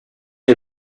had